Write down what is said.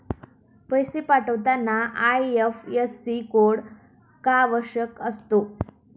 पैसे पाठवताना IFSC code का आवश्यक असतो?